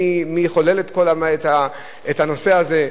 מי חולל את הנושא הזה,